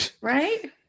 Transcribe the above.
right